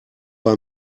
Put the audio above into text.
bei